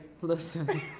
Listen